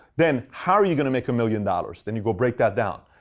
then, how are you going to make a million dollars. then you go break that down.